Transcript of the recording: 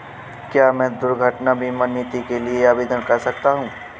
क्या मैं दुर्घटना बीमा नीति के लिए आवेदन कर सकता हूँ?